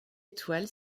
étoile